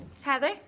Heather